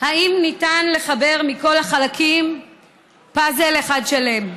אם ניתן לחבר מכל החלקים פאזל אחד שלם.